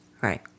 Right